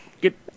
get